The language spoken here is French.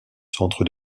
centre